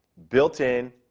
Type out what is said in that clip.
built in,